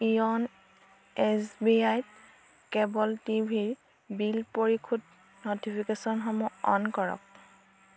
Eon S B আইত cable T ভিৰ bill পৰিশোধ ন'টিফিকেচনসমূহ অ'ন কৰক